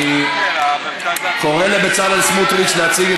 אני קורא לבצלאל סמוטריץ להציג את